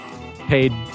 paid